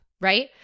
right